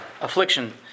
affliction